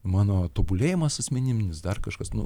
mano tobulėjimas asmeninis dar kažkas nu